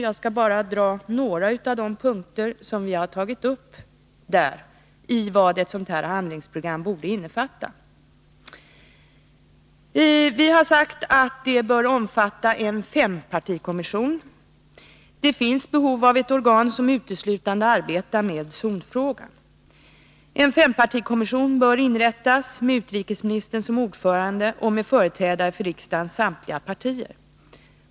Jag skall ange bara några av de punkter som vi där har tagit upp när det gäller vad ett sådant handlingsprogram bör omfatta. Det finns behov av ett organ, som uteslutande arbetar med zonfrågan. En fempartikommission bör därför inrättas med utrikesministern såsom ordförande och med företrädare för riksdagens samtliga partier.